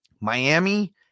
Miami